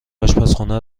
آشپرخونه